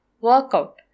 workout